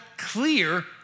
clear